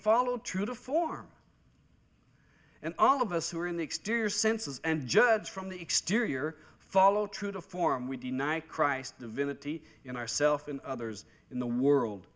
followed true to form and all of us who are in the exterior senses and judge from the exterior follow true to form we deny christ the villa t in our self and others in the world